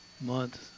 month